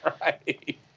Right